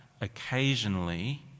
occasionally